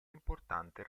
importante